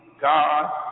God